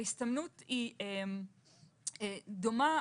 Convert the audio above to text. ההסתמנות דומה,